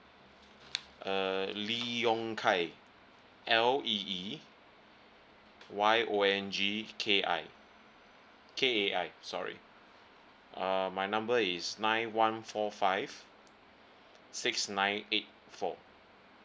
uh lee yong kai L E E Y O N G K I K A I sorry uh my number is nine one four five six nine eight four